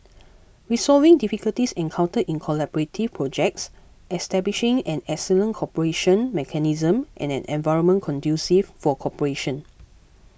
resolving difficulties encountered in collaborative projects establishing an excellent cooperation mechanism and an environment conducive for cooperation